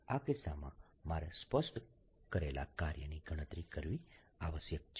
આ કિસ્સામાં મારે સ્પષ્ટ કરેલા કાર્યની ગણતરી કરવી આવશ્યક છે